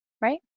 right